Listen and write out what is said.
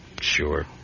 Sure